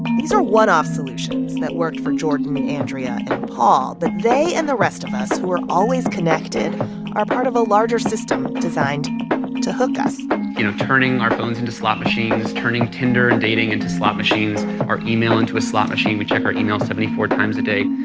but these are one-off solutions that worked for jordan, andrea and paul. but they and the rest of us who are always connected are part of a larger system designed to hook us you know, turning our phones into slot machines, turning tinder and dating into slot machines, our email into a slot machine we check our email seventy four times a day.